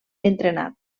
entrenat